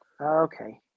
okay